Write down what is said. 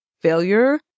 failure